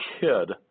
kid